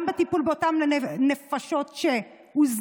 גם בטיפול לאותן נפשות שהוזנחו,